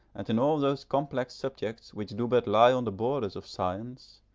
and in all those complex subjects which do but lie on the borders of science,